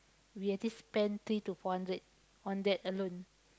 we actually spend three to four hundred on that alone